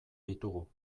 ditugu